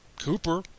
Cooper